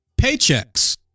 Paychecks